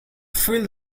filled